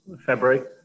February